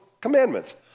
commandments